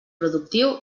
productiu